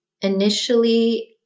initially